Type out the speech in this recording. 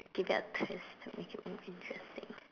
give it a twist to make it more interesting